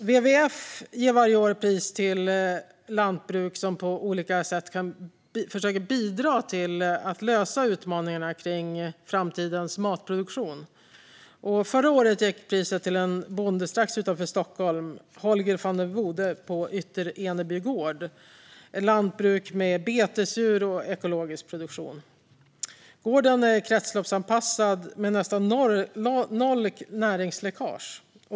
WWF ger varje år pris till lantbruk som på olika sätt försöker bidra till att lösa utmaningarna kring framtidens matproduktion. Förra året gick priset till en bonde strax utanför Stockholm, Holger van der Woude på Yttereneby gård, ett lantbruk med betesdjur och ekologisk produktion. Gården är kretsloppsanpassad med nästan noll näringsläckage.